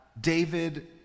David